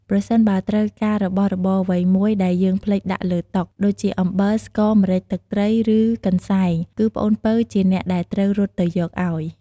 ប្រសិនបើត្រូវការរបស់របរអ្វីមួយដែលយើងភ្លេចដាក់លើតុ ដូចជាអំបិល ស្ករ ម្រេច ទឹកត្រី ឬកន្សែង គឺប្អូនពៅជាអ្នកដែលត្រូវរត់ទៅយកអោយ។